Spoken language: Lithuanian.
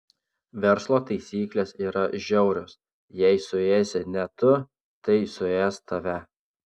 verslo taisyklės yra žiaurios jei suėsi ne tu tai suės tave